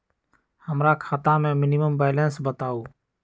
हमरा खाता में मिनिमम बैलेंस बताहु?